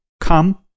Come